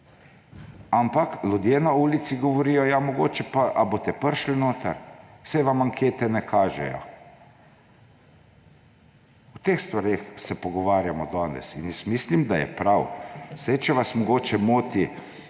Ampak ljudje na ulici govorijo: »Ja, mogoče pa … Ali boste prišli noter? Saj vam ankete ne kažejo.« O teh stvareh se pogovarjamo danes in mislim, da je prav. Saj če vas mogoče moti